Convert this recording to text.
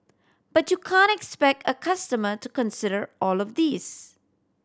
but you can't expect a customer to consider all of this